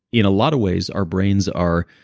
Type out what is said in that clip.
in a lot of ways, our brains are.